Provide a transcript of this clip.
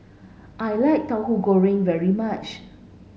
I like Tahu Goreng very much